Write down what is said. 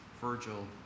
Virgil